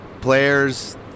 players